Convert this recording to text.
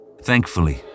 Thankfully